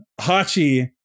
Hachi